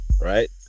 Right